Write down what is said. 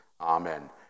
Amen